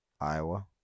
Iowa